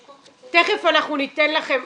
שיקום טיפולי -- תיכף אנחנו ניתן לכם.